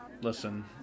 Listen